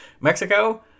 Mexico